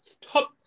Top